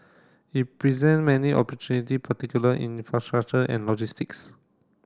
it present many opportunity particular in infrastructure and logistics